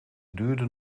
duurde